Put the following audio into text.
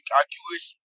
accuracy